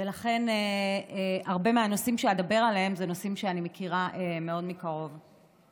ולכן הרבה מהנושאים שאדבר עליהם הם נושאים שאני מכירה מקרוב מאוד.